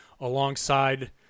alongside